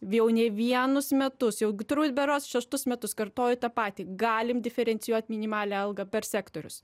jau ne vienus metus jau turbūt berods šeštus metus kartoju tą patį galim diferencijuot minimalią algą per sektorius